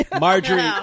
Marjorie